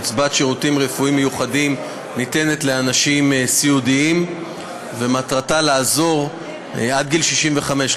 קצבת שירותים רפואיים מיוחדים ניתנת לאנשים סיעודיים עד גיל 65,